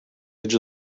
edge